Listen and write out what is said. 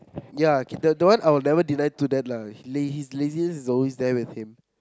ya K that that one I will never deny to that lah his his laziness is always there with him